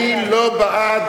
אני לא בעד,